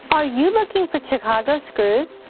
are you looking for chicago screws?